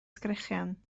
sgrechian